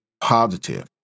positive